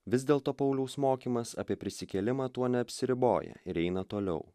vis dėlto pauliaus mokymas apie prisikėlimą tuo neapsiriboja ir eina toliau